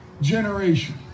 generation